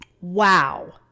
wow